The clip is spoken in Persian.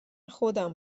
خودم